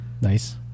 Nice